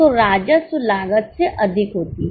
तो राजस्व लागत से अधिक होती है